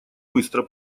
быстро